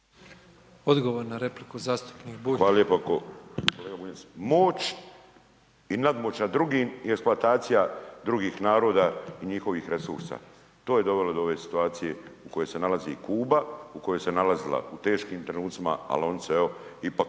Hvala lijepo, kolega Bunjac moć i nadmoć nad drugim i eksploatacija drugih naroda i njihovih resursa to je dovelo do ove situacije u kojoj se nalazi Kuba u kojoj se nalazila u teškim trenucima, ali oni se evo